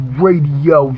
radio